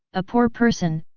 a poor person,